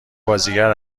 بازیگر